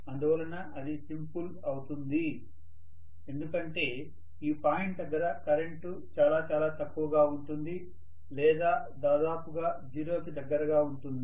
అందువలన అది సింపుల్ అవుతుంది ఎందుకంటే ఈ పాయింట్ దగ్గర కరెంటు చాలా చాలా తక్కువగా ఉంటుంది లేదా దాదాపుగా జీరోకి దగ్గరగా ఉంటుంది